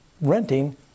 renting